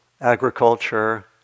agriculture